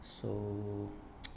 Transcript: so